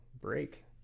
break